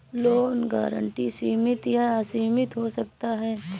loan guarantee सीमित या असीमित हो सकता है